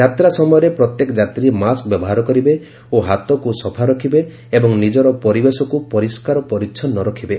ଯାତ୍ରା ସମୟରେ ପ୍ରତ୍ୟେକ ଯାତ୍ନୀ ମାସ୍କ ବ୍ୟବହାର କରିବେ ଓ ହାତକୁ ସଫା ରଖିବେ ଏବଂ ନିଜର ପରିବେଶକୁ ପରିଷ୍କାର ପରିଚ୍ଛନ୍ନ ରଖିବେ